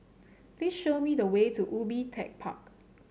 please show me the way to Ubi Tech Park